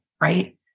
right